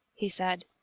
he said.